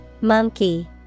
monkey